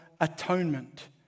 atonement